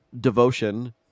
Devotion